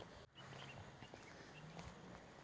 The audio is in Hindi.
बैंक अकाउंट में नोमिनी क्या होता है?